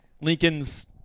Lincoln's